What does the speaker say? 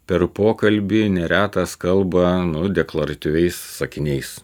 per pokalbį neretas kalba nu deklaratyviais sakiniais